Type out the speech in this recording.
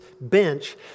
bench